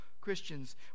Christians